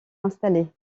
installés